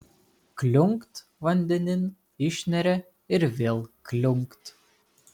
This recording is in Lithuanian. kliunkt vandenin išneria ir vėl kliunkt